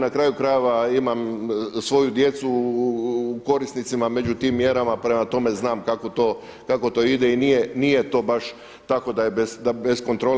Na kraju krajeva imam svoju djecu u korisnicima među tim mjerama, prema tome znam kako to ide i nije to baš tako da bez kontrole.